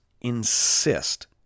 insist